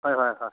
হয় হয় হয়